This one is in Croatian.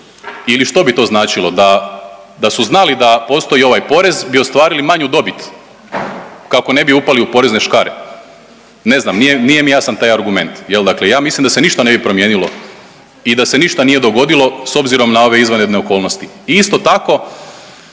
Ili što bi to značilo da, da su znali da postoji ovaj porez bi ostvarili manju dobit kako ne bi upali u porezne škare. Ne znam, nije, nije mi jasan taj argument, jel dakle ja mislim da se ništa ne bi promijenilo i da se ništa nije dogodilo s obzirom na ove izvanredne okolnosti. I isto tako